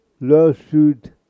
lawsuit